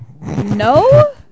No